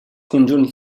conjunts